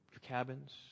cabins